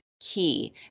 key